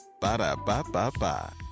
Ba-da-ba-ba-ba